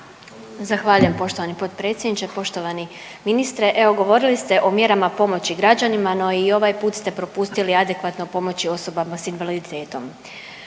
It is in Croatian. Zahvaljujem poštovani potpredsjedniče. Poštovani ministre, evo govorili ste o mjerama pomoći građanima no i ovaj put ste propustili adekvatno pomoći osobama s invaliditetom.